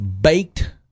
baked